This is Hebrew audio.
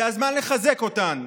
זה הזמן לחזק אותן.